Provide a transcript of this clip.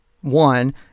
one